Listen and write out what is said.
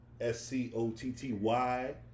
S-C-O-T-T-Y